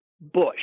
Bush